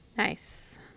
Nice